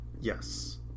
Yes